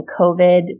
COVID